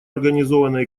организованной